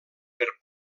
per